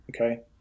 Okay